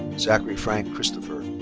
zachary frank christopher.